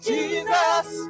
Jesus